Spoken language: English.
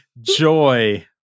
joy